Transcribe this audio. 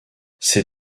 ces